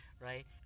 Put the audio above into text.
right